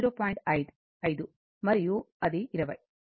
5 మరియు అది 20